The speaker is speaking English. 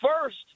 first